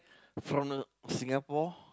from uh Singapore